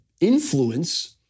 influence